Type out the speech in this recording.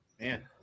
Man